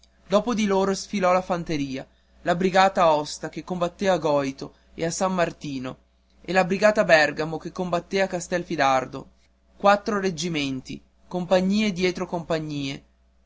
dopo di loro sfilò la fanteria la brigata aosta che combatté a goito e a san martino e la brigata bergamo che combatté a castelfidardo quattro reggimenti compagnie dietro compagnie